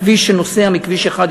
כביש שיוצא מכביש 1,